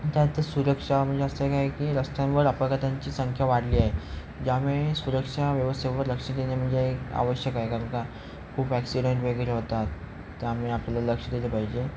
आता सुरक्षा म्हणजे असं काय की रस्त्यांवर अपघातांची संख्या वाढली आहे ज्यामुळे सुरक्षा व्यवस्थेवर लक्ष देणे म्हणजे आवश्यक आहे कारण का खूप ॲक्सिडेंट वगैरे होतात त्यामुळे आपल्याला लक्ष दिले पाहिजे